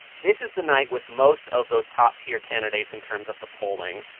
this is the night with most of those top-tier candidates in terms of the polling.